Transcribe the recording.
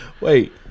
wait